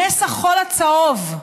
נס החול הצהוב.